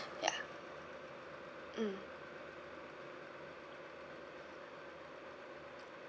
ya mm